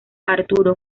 arturo